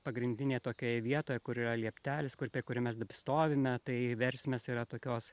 pagrindinė tokioje vietoje kur yra lieptelis kur pė kur mes stovime tai versmės yra tokios